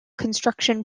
construction